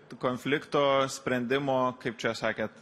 konflikto sprendimo kaip čia sakėt